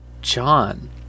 John